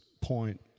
point